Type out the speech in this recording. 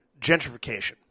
Gentrification